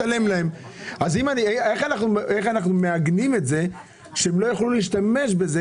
איך אנחנו מעגנים את זה שהם לא יוכלו להשתמש בזה